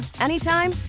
anytime